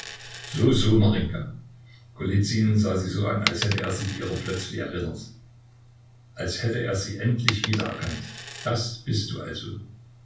so so marinjka golizyn sah sie so an als hätte er sich ihrer plötzlich erinnert als hätte er sie endlich wieder erkannt das bist du also